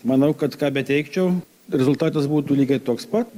manau kad ką beteikčiau rezultatas būtų lygiai toks pat